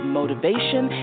motivation